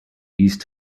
used